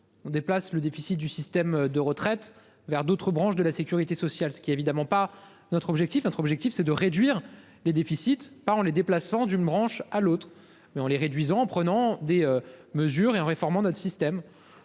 On déplace le déficit du système de retraite vers d'autres branches de la Sécurité sociale, ce qui évidemment pas notre objectif, notre objectif c'est de réduire les déficits, pardon les déplacements d'une branche à l'autre mais en les réduisant en prenant des mesures et en réformant notre système.